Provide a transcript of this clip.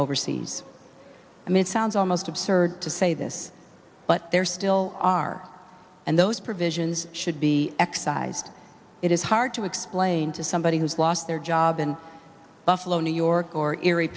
overseas i mean it sounds almost absurd to say this but there still are and those provisions should be excised it is hard to explain to somebody who's lost their job in buffalo new york or erie